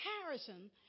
comparison